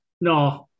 no